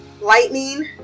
lightning